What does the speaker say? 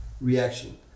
reaction